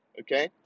Okay